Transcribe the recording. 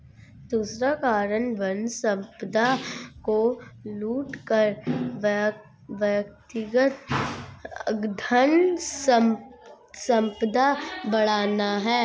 दूसरा कारण वन संपदा को लूट कर व्यक्तिगत धनसंपदा बढ़ाना है